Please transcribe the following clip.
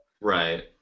Right